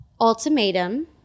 Ultimatum